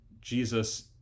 Jesus